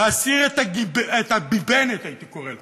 להסיר את הגיבנת, את הביבנת, הייתי קורא לה,